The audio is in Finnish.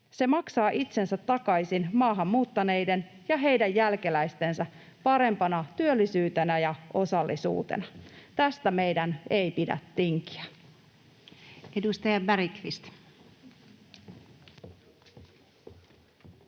Se maksaa itsensä takaisin maahan muuttaneiden ja heidän jälkeläistensä parempana työllisyytenä ja osallisuutena. Tästä meidän ei pidä tinkiä. [Speech